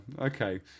okay